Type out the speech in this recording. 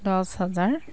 দহ হাজাৰ